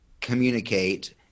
communicate